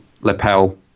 lapel